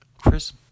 Chris